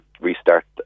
restart